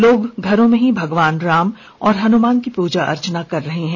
लोग घरों में ही भगवान राम और हनुमान की पूजा अर्चना कर रहे हैं